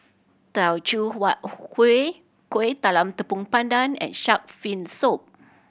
Teochew Huat Kueh Kueh Talam Tepong Pandan and shark fin soup